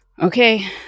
Okay